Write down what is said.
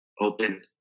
open